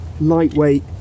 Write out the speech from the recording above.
lightweight